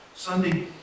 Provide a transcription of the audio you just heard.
Sunday